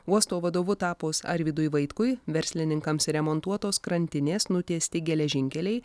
uosto vadovu tapus arvydui vaitkui verslininkams remontuotos krantinės nutiesti geležinkeliai